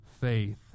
faith